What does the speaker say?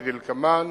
כדלקמן: